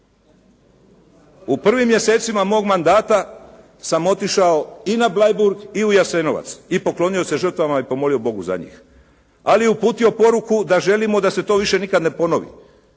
U prvim mjesecima mog mandata sam otišao i na Bleiburg i u Jasenovac i poklonio se žrtvama i pomolio Bogu za njih. Ali uputio poruku da želimo da se to više nikad ne ponovi.